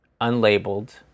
unlabeled